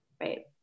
right